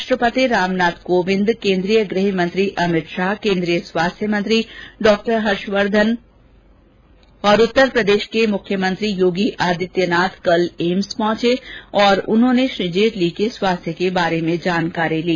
राष्ट्रपति राम नाथ कोविंद केंद्रीय गृहमंत्री अमित शाह केंद्रीय स्वास्थ्य मंत्री डॉ हर्षवर्धन और उत्तर प्रदेश के मुख्यमंत्री योगी आदित्यनाथ कल एम्स पहुंचे और श्री जेटली के स्वास्थ्य के बारे में जानकारी ली